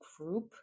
group